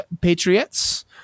Patriots